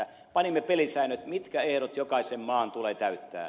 panimme pelisäännöt mitkä ehdot jokaisen maan tulee täyttää